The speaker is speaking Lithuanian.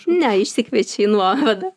ne išsikviečia į nuovadą